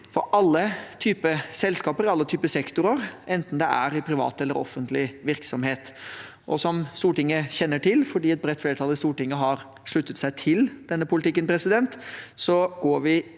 i alle typer sektorer, enten det er i privat eller i offentlig virksomhet. Som Stortinget kjenner til fordi et bredt flertall i Stortinget har sluttet seg til denne politikken, går vi